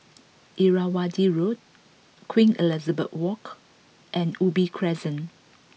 Irrawaddy Road Queen Elizabeth Walk and Ubi Crescent